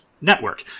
network